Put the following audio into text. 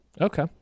okay